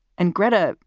and gretta?